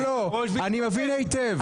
אני מבין היטב.